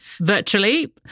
virtually